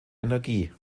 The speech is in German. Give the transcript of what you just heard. energie